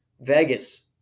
Vegas